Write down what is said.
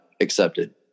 accepted